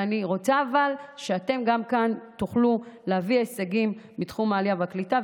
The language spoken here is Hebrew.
אבל אני רוצה שאתם כאן תוכלו להביא הישגים בתחום העלייה והקליטה,